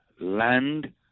land